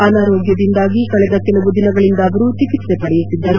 ಆನಾರೋಗ್ಗದಿಂದಾಗಿ ಕಳೆದ ಕೆಲವು ದಿನಗಳಿಂದ ಆವರು ಚಿಕಿತ್ಸೆ ಪಡೆಯುತ್ತಿದ್ದರು